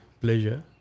pleasure